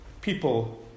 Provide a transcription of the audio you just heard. people